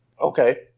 Okay